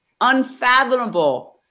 unfathomable